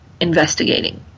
investigating